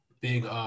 big